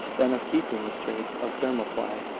than of keeping the straits of thermopylae.